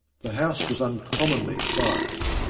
the house was uncommonly quiet.